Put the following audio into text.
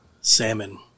Salmon